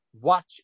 watch